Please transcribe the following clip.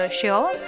sure